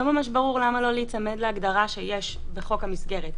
לא ממש ברור למה לא להיצמד להגדרה שיש בחוק המסגרת.